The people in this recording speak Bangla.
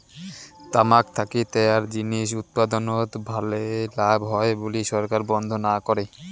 তামাক থাকি তৈয়ার জিনিস উৎপাদনত ভালে লাভ হয় বুলি সরকার বন্ধ না করে